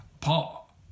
Paul